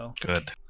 Good